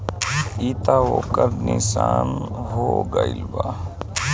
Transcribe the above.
ई त ओकर निशान हो गईल बा